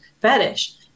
fetish